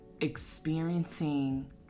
experiencing